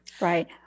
right